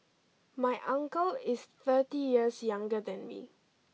my uncle is thirty years younger than me